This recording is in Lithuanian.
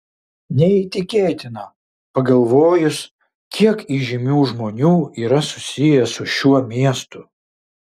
neįtikėtina pagalvojus kiek įžymių žmonių yra susiję su šiuo miestu